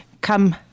come